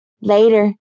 later